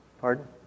Pardon